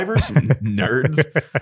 nerds